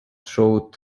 showed